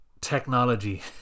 technology